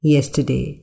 Yesterday